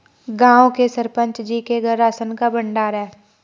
गांव के सरपंच जी के घर राशन का भंडार है